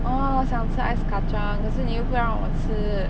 orh 我想吃 ice kacang 可是你又不让我吃